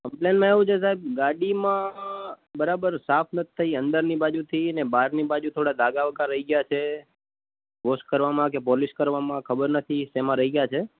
કમ્પ્લેનમાં એવું છે સાહેબ ગાડીમાં બરાબર સાફ નથી થઇ અંદરની બાજુથી અને બહારની બાજુ થોડાં ડાઘા બાઘા રહી ગયા છે વૉશ કરવામાં કે પૉલીશ કરવામાં ખબર નથી શેમાં રહી ગયા છે